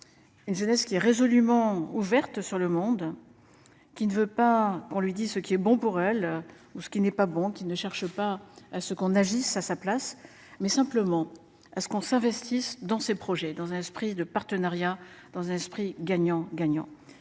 Jeunesse qui est résolument ouverte sur le monde. Qui ne veut pas qu'on lui dit ce qui est bon pour elle ou ce qui n'est pas bon, qui ne cherche pas à ce qu'on agisse à sa place, mais simplement à ce qu'on s'investissent dans ces projets dans un esprit de partenariat dans un esprit gagnant gagnant.